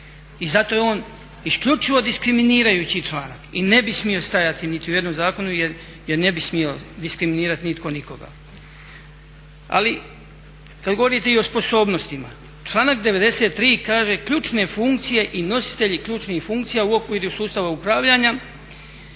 I zato je on isključivo diskriminirajući članak i ne bi smio stajati niti u jednom zakonu jer ne bi smio diskriminirati nitko nikoga. Ali kada govorite i o sposobnostima, članak 93 kaže ključne funkcije i nositelji ključnih funkcija u okviru sustava upravljanja